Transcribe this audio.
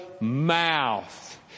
mouth